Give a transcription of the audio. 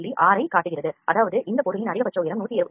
6 ஐக் காட்டுகிறது அதாவது இந்த பொருளின் அதிகபட்ச உயரம் 172